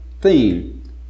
theme